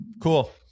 Cool